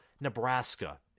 Nebraska